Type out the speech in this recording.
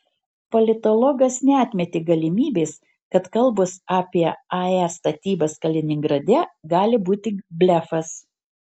politologas neatmetė galimybės kad kalbos apie ae statybas kaliningrade gali būti blefas